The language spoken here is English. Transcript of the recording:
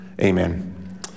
amen